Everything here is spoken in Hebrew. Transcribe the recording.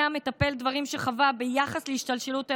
המטפל דברים שחווה ביחס להשתלשלות האירועים,